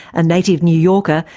a native new yorker,